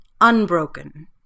unbroken